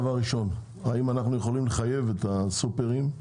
האם אנחנו יכולים לחייב את הסופרים,